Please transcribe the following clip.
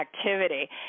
activity